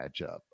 matchup